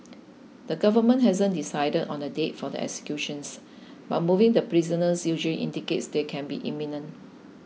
the government hasn't decided on the date for the executions but moving the prisoners usually indicates they could be imminent